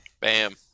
Bam